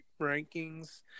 rankings